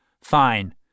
Fine